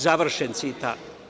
Završen citat.